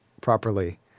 properly